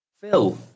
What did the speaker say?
Phil